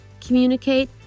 communicate